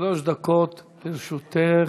שלוש דקות לרשותך.